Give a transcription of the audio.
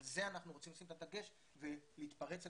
על זה אנחנו רוצים לשים את הדגש ולהתפרץ אל